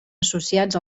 associats